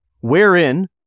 wherein